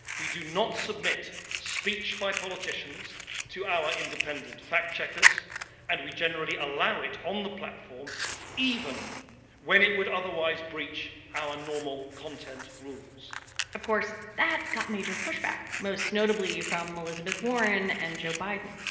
we do not submit speech by politicians to our independent fact checkers and we generally allow it on the platform even when it would otherwise breach our normal content rules of course that got major pushback most notably from elizabeth warren and joe biden.